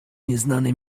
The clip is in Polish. nieznane